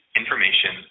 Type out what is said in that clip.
information